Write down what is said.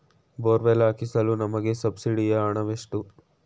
Borewell ಹಾಕಿಸಲು ನಮಗೆ ಸಬ್ಸಿಡಿಯ ಹಣವೆಷ್ಟು?